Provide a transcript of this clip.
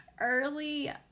early